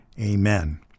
Amen